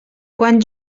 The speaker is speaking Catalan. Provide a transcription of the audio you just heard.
quan